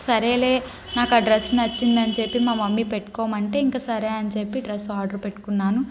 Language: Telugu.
సరే నాకు ఆ డ్రస్ నచ్చింది అని చెప్పి మా మమ్మీ పెట్టుకోమంటే ఇంక సరే అని చెప్పి డ్రెస్ ఆర్డర్ పెట్టుకున్నాను